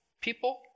people